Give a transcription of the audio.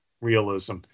realism